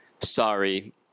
sorry